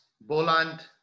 Boland